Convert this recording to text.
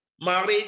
marriage